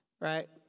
right